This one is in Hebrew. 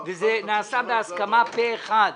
וזה נעשה בהסכמה פה אחד,